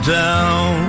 down